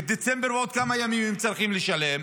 ואת דצמבר בעוד כמה ימים הם צריכים לשלם.